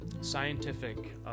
scientific